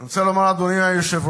אני רוצה לומר, אדוני היושב-ראש,